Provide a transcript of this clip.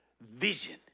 vision